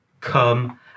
Come